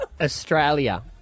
Australia